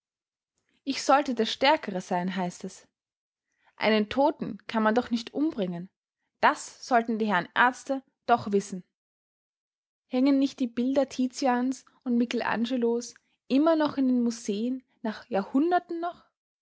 ich sollte der stärkere sein heißt es einen toten kann man doch nicht umbringen das sollten die herren ärzte doch wissen hängen nicht die bilder titians und michel angelos immer noch in den museen nach jahrhunderten noch